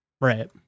Right